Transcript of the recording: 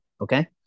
okay